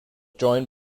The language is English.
joined